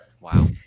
Wow